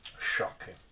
Shocking